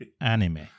anime